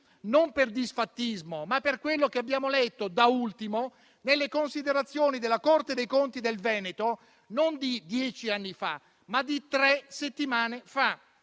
non per disfattismo, ma per quello che abbiamo letto da ultimo nelle considerazioni della Corte dei conti del Veneto non di dieci anni fa, ma di tre settimane fa.